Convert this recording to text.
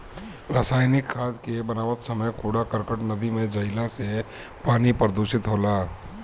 रासायनिक खाद के बनावत समय कूड़ा करकट नदी में जईला से पानी प्रदूषित होला